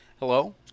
Hello